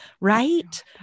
right